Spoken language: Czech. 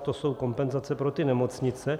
To jsou kompenzace pro ty nemocnice.